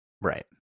Right